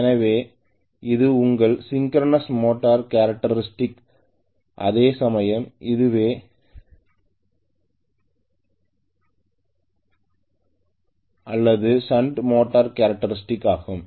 எனவே இது உங்கள் சிங்க்கிரனஸ் மோட்டார் கேரக்டர்ஸ்டிக் அதேசமயம் இதுவே செப்பரேட்ட்லி எக்சைடட் அல்லது சன்ட் மோட்டார்கேரக்டர்ஸ்டிக் ஆகும்